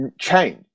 change